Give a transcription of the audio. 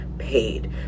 paid